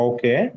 Okay